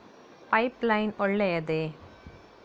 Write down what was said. Pipe line ಒಳ್ಳೆಯದೇ?